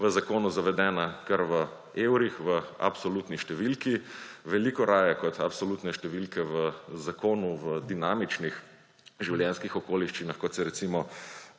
v zakonu zavedena kar v evrih, v absolutni številki. Veliko raje kot absolutne številke v zakonu v dinamičnih življenjskih okoliščinah, kot se, recimo,